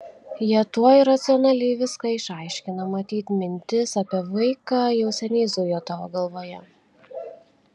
jie tuoj racionaliai viską išaiškina matyt mintis apie vaiką jau seniai zujo tavo galvoje